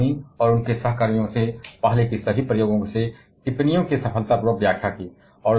उन्होंने फरमी और उनके सह कर्मियों से पहले के सभी प्रयोगों से टिप्पणियों की सफलतापूर्वक व्याख्या की